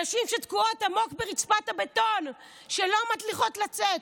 נשים שתקועות עמוק ברצפת הבטון, שלא מצליחות לצאת,